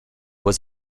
was